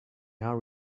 now